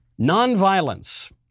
nonviolence